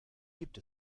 gibt